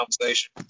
conversation